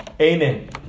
amen